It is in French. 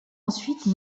ensuite